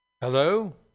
Hello